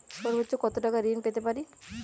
সর্বোচ্চ কত টাকা ঋণ পেতে পারি?